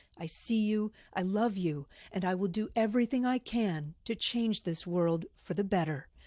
i see you, i love you and i will do everything i can to change this world for the better.